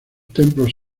templos